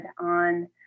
on